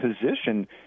position